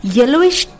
yellowish